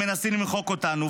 ומנסים למחוק אותנו,